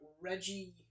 Reggie